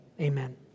amen